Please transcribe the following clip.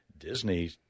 Disney